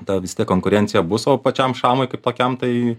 ta vis tiek konkurencija bus o pačiam šamui kaip tokiam tai